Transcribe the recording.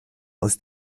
aus